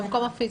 המקום הפיזי.